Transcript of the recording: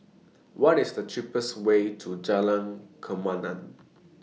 What IS The cheapest Way to Jalan Kemaman